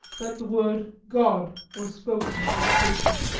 that the word god was spoken by the patient.